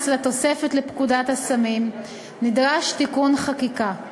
לתוספת לפקודת הסמים נדרש תיקון חקיקה,